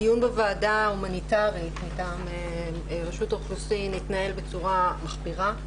הדיון בוועדה הומניטרית מטעם רשות האוכלוסין התנהל בצורה מחפירה.